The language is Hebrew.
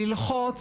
ללחוץ,